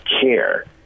care